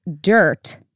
dirt